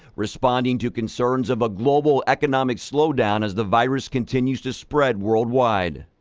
responding to concerns of a global economic slowdown as the virus continues to spread worldwide.